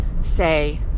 Say